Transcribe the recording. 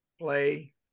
play